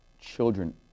children